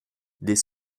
des